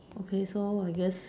okay so I guess